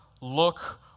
look